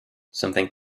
something